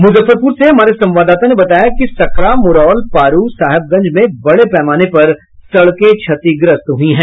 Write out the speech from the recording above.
मुजफ्फरपुर से हमारे संवाददाता ने बताया कि सकरा मुरौल पारू साहेबगंज में बड़े पैमाने पर सड़कें क्षतिग्रस्त हुई हैं